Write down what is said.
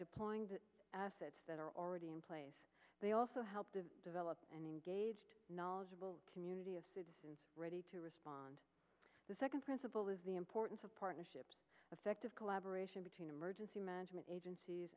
deploying the assets that are already in place they also help to develop an engaged knowledgeable community of citizens ready to respond the second principle is the importance of partnerships effective collaboration between emergency management agencies